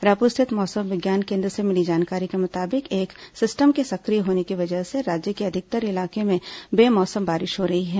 रायपुर स्थित मौसम विज्ञान केन्द्र से मिली जानकारी के मुताबिक एक सिस्टम के सक्रिय होने की वजह से राज्य के अधिकतर इलाकों में बे मौसम बारिश हो रही है